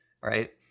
right